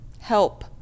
help